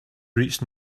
reached